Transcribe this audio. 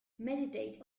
meditate